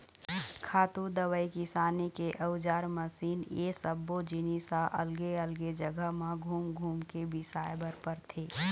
खातू, दवई, किसानी के अउजार, मसीन ए सब्बो जिनिस ह अलगे अलगे जघा म घूम घूम के बिसाए बर परथे